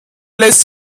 lässt